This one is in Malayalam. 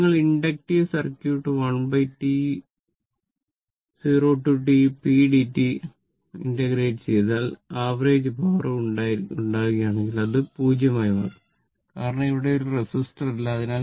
അതിനാൽ നിങ്ങൾ ഇൻഡക്റ്റീവ് സർക്യൂട്ട് 1T 0 മുതൽ T p dt വരെ ആവറേജ് പവർ ഉണ്ടാക്കുകയാണെങ്കിൽ അത് 0 ആയി മാറും കാരണം ഇവിടെ ഒരു റെസിസ്റ്റർ ഇല്ല